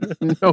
no